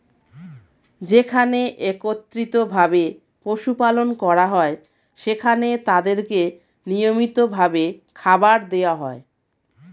যেখানে একত্রিত ভাবে পশু পালন করা হয়, সেখানে তাদেরকে নিয়মিত ভাবে খাবার দেওয়া হয়